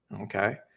okay